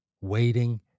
waiting